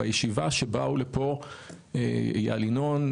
בישיבה שבאו לפה איל ינון,